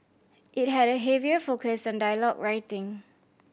it had a heavier focus on dialogue writing